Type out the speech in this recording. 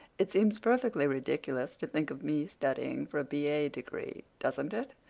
it seems perfectly ridiculous to think of me studying for a b a. degree, doesn't it?